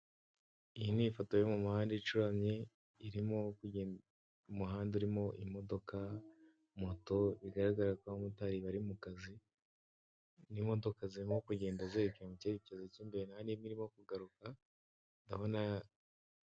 Iyi ni ifoto yo mu muhanda icuramye, irimo kuge, umuhanda urimo imodoka, moto, bigaragara ko abamotari bari mu kazi, imodoka zirimo kugenda zerekeza mu cyerekezo cy'imbere, nta n'imwe irimo kugaruka. ndabona.